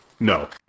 No